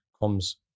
comes